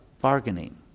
Bargaining